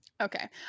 okay